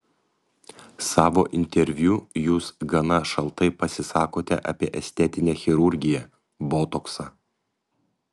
savo interviu jūs gana šaltai pasisakote apie estetinę chirurgiją botoksą